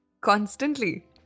Constantly